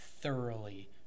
thoroughly